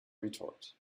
retort